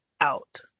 out